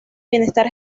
bienestar